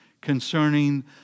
concerning